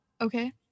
okay